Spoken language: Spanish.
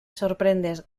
sorprendes